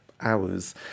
hours